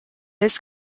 his